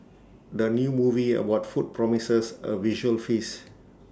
the new movie about food promises A visual feast